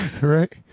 Right